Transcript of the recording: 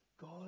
God